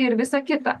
ir visa kita